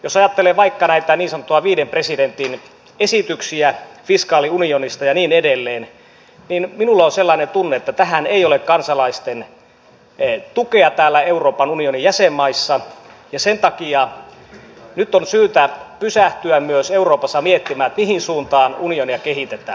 jos ajattelee vaikka näitä niin sanottuja viiden presidentin esityksiä fiskaaliunionista ja niin edelleen minulla on sellainen tunne että tähän ei ole kansalaisten tukea täällä euroopan unionin jäsenmaissa ja sen takia nyt on syytä pysähtyä myös euroopassa miettimään mihin suuntaan unionia kehitetään